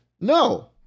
No